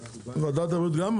ועדת הבריאות גם,